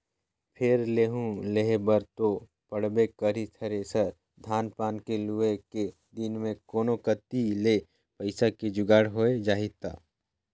फेर लेहूं लेहे बर तो पड़बे करही थेरेसर, धान पान के लुए के दिन मे कोनो कति ले पइसा के जुगाड़ होए जाही त